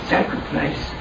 Sacrifice